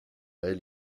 elle